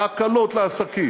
ההקלות לעסקים,